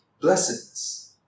blessedness